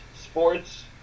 sports